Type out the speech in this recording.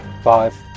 Five